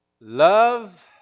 Love